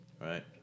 Right